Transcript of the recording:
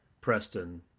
Preston